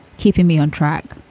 keeping me on track,